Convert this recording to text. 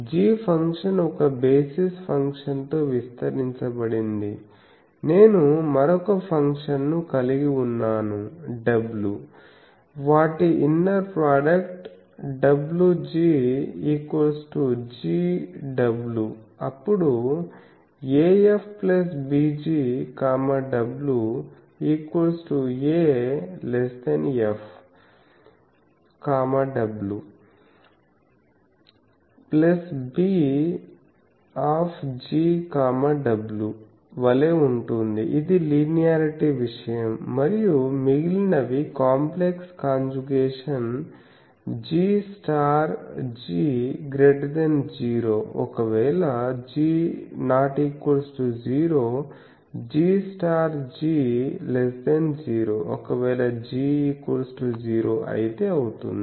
g function ఒక basis ఫంక్షన్తో విస్తరించబడింది నేను మరొక ఫంక్షన్ను కలిగి ఉన్నాను w వాటి ఇన్నర్ ప్రోడక్ట్ wg＞ gw＞ అప్పుడు afbgw＞af w＞bgw＞వలే ఉంటుంది ఇది లీనియారిటీ విషయం మరియు మిగిలినవి కాంప్లెక్స్ కాంజుగేషన్ gg＞＞0ఒకవేళ g≠0 gg＞0ఒకవేళ g0 అయితే అవుతుంది